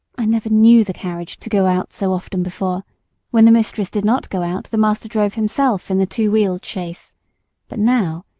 i never knew the carriage to go out so often before when the mistress did not go out the master drove himself in the two-wheeled chaise but now,